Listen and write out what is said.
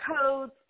codes